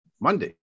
Monday